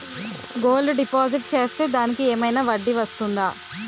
Gold deposit చేస్తే దానికి ఏమైనా వడ్డీ వస్తుందా?